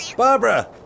Barbara